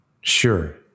Sure